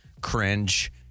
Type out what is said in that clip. cringe